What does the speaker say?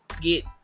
get